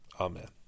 amen